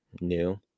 new